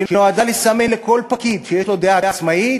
שנועדה לסמן לכל פקיד שיש לו דעה עצמאית: